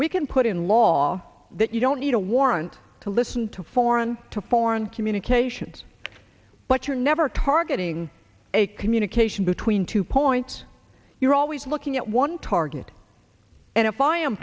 we can put in law that you don't need a warrant to listen to foreign to foreign communications but you're never targeting a communication between two points you're always looking at one target and if i am